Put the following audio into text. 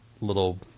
little